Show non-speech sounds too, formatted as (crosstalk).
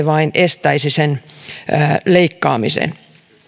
(unintelligible) vain estäisi sen leikkaamisen